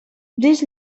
this